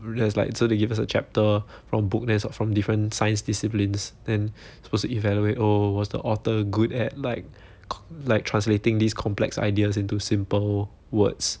there's like so they give us a chapter from book then it's from different science disciplines then supposed to evaluate oh was the author good at like like translating these complex ideas into simple words